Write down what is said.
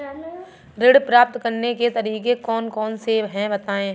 ऋण प्राप्त करने के तरीके कौन कौन से हैं बताएँ?